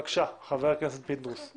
בבקשה, חה"כ פינדרוס.